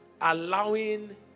allowing